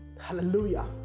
Hallelujah